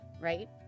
right